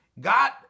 God